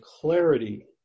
clarity